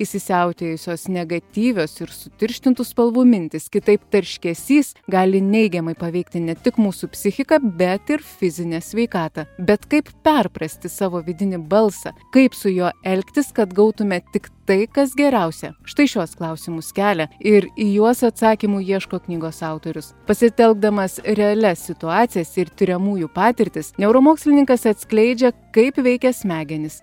įsisiautėjusios negatyvios ir sutirštintų spalvų mintys kitaip tarškesys gali neigiamai paveikti ne tik mūsų psichiką bet ir fizinę sveikatą bet kaip perprasti savo vidinį balsą kaip su juo elgtis kad gautume tik tai kas geriausia štai šiuos klausimus kelia ir į juos atsakymų ieško knygos autorius pasitelkdamas realias situacijas ir tiriamųjų patirtis neuromokslininkas atskleidžia kaip veikia smegenys